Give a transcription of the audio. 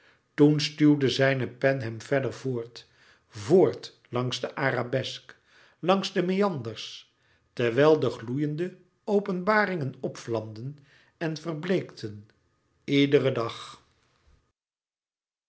toen stuwde zijne pen hem verder voort voort langs den arabesk langs de meanders terwijl de gloeiende openbaringen opvlamden en verbleekten iederen dag